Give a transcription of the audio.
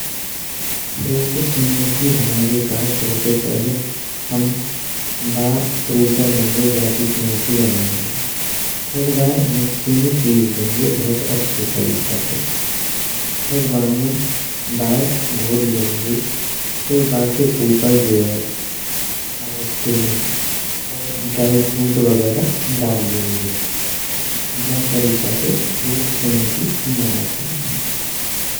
Fruit smoothie बनावे काज साबते पहेल हम बा फ्रूटे लेंगे जाकि स्मूदी बनानी है। फिर बाय मिक्सी में पिस देंगे बहुत अच्छे तरीका ते। फिर बामे बाय घोर लेंगे फिर बाके ऊपर जो है, आइस क्रीम और ड्राइ फ्रूट वगेरा दर लेंगे जा तरीका ते हम फ्रूट स्मूदी बनाये सकतें।